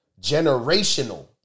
generational